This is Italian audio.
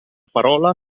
parola